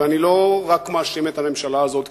ואני לא מאשים רק את הממשלה הזאת,